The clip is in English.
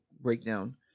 Breakdown